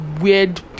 weird